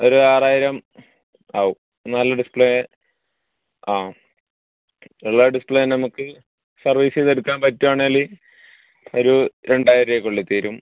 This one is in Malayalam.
ഒരു ആറായിരം ആവും നല്ല ഡിസ്പ്ലേ ആ ഉള്ള ഡിസ്പ്ലേ തന്നെ നമുക്ക് സർവീസ് ചെയ്തെടുക്കാൻ പറ്റുകയാണെങ്കിൽ ഒരു രണ്ടായിരത്തിൻ്റെ ഉള്ളിൽ തീരും